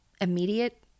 immediate